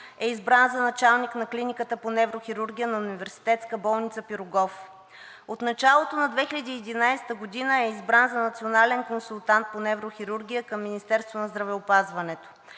е избран за началник на Клиниката по неврохирургия на Университетска болница „Пирогов“. От началото на 2011 г. е избран за национален консултант по неврохирургия към Министерството на здравеопазването.